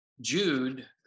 jude